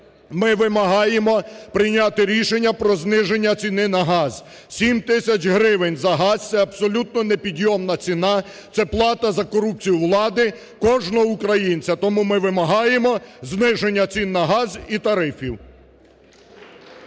Ми вимагаємо прийняти рішення про зниження ціни на газ. Сім тисяч гривень за газ – це абсолютно не підйомна ціна, це плата за корупцію влади кожного українця. Тому ми вимагаємо зниження цін на газ і тарифів.